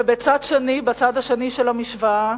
ובצד השני של המשוואה